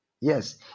Yes